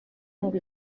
ngo